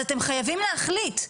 אז אתם חייבים להחליט,